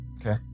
okay